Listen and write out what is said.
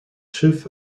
schiff